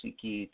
que